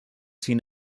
seen